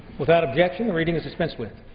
without objection, the reading is dispensed with.